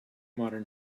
modern